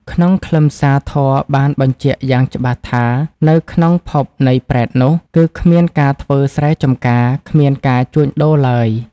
ក្នុងខ្លឹមសារធម៌បានបញ្ជាក់យ៉ាងច្បាស់ថា នៅក្នុងភពនៃប្រេតនោះ គឺគ្មានការធ្វើស្រែចម្ការ គ្មានការជួញដូរឡើយ។